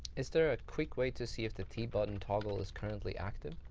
is there a quick way to see if the t button toggle is currently active?